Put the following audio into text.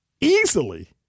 easily